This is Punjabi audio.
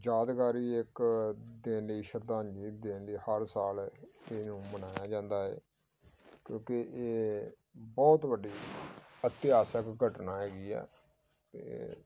ਯਾਦਗਾਰੀ ਇੱਕ ਦੇ ਲਈ ਸ਼ਰਧਾਂਜਲੀ ਦੇਣ ਲਈ ਹਰ ਸਾਲ ਇਹ ਮਨਾਇਆ ਜਾਂਦਾ ਹੈ ਕਿਉਂਕਿ ਇਹ ਬਹੁਤ ਵੱਡੀ ਇਤਿਹਾਸਿਕ ਘਟਨਾ ਹੈਗੀ ਆ ਅਤੇ